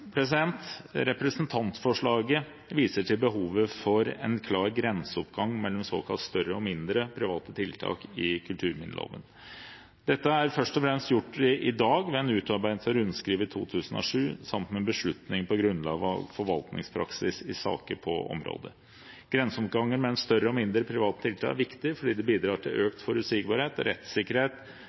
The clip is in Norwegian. Representantforslaget viser til behovet for en klar grenseoppgang mellom såkalt større og mindre private tiltak i kulturminneloven. Dette er først og fremst gjort i dag ved en utarbeidelse av rundskrivet i 2007 samt med beslutning på grunnlag av forvaltningspraksis i saker på området. Grenseoppgangen mellom større og mindre private tiltak er viktig fordi det bidrar til økt forutsigbarhet og rettssikkerhet